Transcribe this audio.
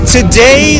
Today